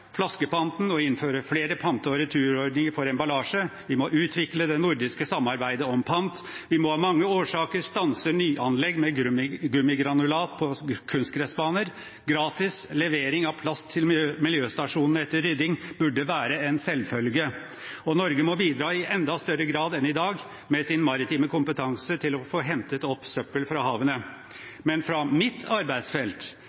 flaskepanten og innføre flere pante- og returordninger for emballasje. Vi må utvikle det nordiske samarbeidet om pant. Vi må av mange årsaker stanse nyanlegg med gummigranulat på kunstgressbaner. Gratis levering av plast til miljøstasjonene etter rydding burde være en selvfølge, og Norge må bidra i enda større grad enn i dag med sin maritime kompetanse til å få hentet opp søppel fra